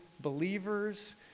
believers